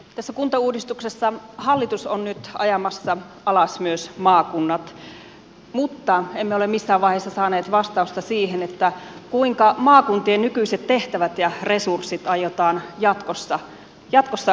tässä kuntauudistuksessa hallitus on nyt ajamassa alas myös maakunnat mutta emme ole missään vaiheessa saaneet vastausta siihen kuinka maakuntien nykyiset tehtävät ja resurssit aiotaan jatkossa jakaa